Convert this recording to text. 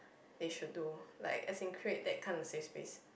they should do like as in create that kinda safe space